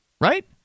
right